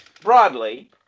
broadly